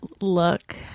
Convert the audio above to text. look